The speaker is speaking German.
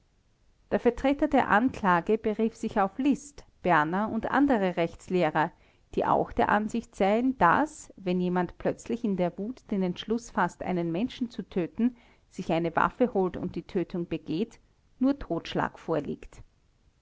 der vertreter der anklage berief sich auf liszt berner und andere rechtslehrer die auch der ansicht seien daß wenn jemand plötzlich in der wut den entschluß faßt einen menschen zu töten sich eine waffe holt und die tötung begeht nur totschlag vorliegt